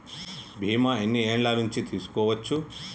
బీమా ఎన్ని ఏండ్ల నుండి తీసుకోవచ్చు?